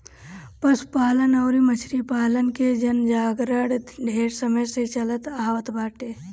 पशुपालन अउरी मछरी पालन के जनगणना ढेर समय से चलत आवत बाटे